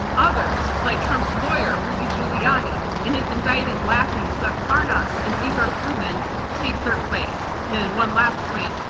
others like trump's lawyer, rudy giuliani and his indicted lackeys, lev parnas and igor fruman take their place. and and one last point,